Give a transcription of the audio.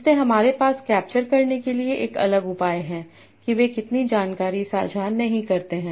इसलिए हमारे पास कैप्चर करने के लिए एक अलग उपाय है कि वे कितनी जानकारी साझा नहीं करते हैं